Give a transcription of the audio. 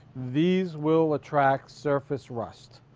these will attract surface rust.